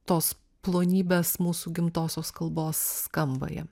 tos plonybės mūsų gimtosios kalbos skamba jiem